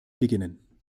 beginnen